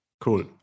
cool